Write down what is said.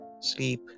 sleep